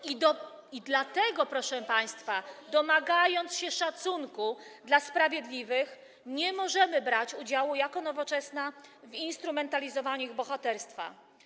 I dlatego, proszę państwa, domagając się szacunku dla sprawiedliwych, nie możemy brać udziału jako Nowoczesna w instrumentalizowaniu ich bohaterstwa.